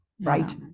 right